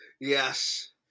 Yes